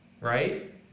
right